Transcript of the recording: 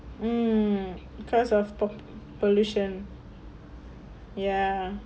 hmm because of po~ pollution ya